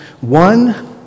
One